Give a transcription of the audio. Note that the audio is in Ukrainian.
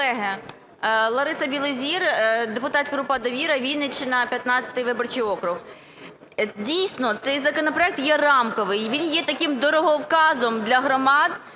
Дійсно, цей законопроект є рамковий. Він є таким дороговказом для громад,